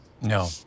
No